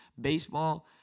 Baseball